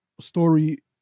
story